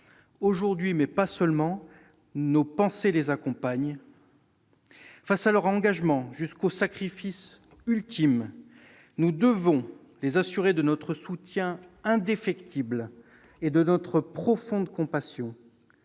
Aujourd'hui, mais pas seulement, nos pensées les accompagnent. Face à leur engagement jusqu'au sacrifice ultime, nous devons les assurer de notre soutien indéfectible et de notre profonde compassion.